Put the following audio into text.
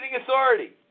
authority